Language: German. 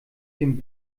dem